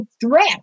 threat